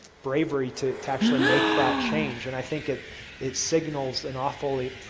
bravery to to actually make that change. and i think it it signals and awfully